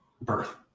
birth